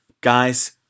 Guys